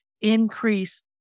increase